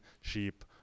sheep